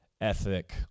ethic